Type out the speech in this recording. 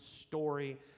story